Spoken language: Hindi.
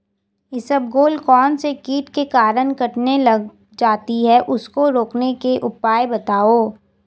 इसबगोल कौनसे कीट के कारण कटने लग जाती है उसको रोकने के उपाय बताओ?